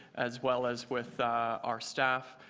as well as with our staff.